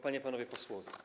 Panie i Panowie Posłowie!